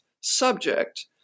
subject